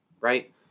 right